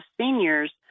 seniors